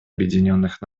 объединенных